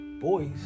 boys